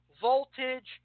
Voltage